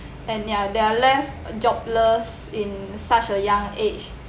and they're they're left jobless in such a young age